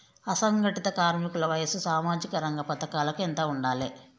అసంఘటిత కార్మికుల వయసు సామాజిక రంగ పథకాలకు ఎంత ఉండాలే?